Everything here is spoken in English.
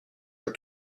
are